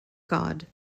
god